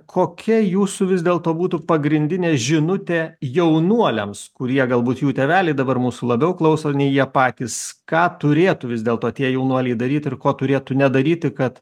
kokia jūsų vis dėlto būtų pagrindinė žinutė jaunuoliams kurie galbūt jų tėveliai dabar mūsų labiau klauso nei jie patys ką turėtų vis dėlto tie jaunuoliai daryt ir ko turėtų nedaryti kad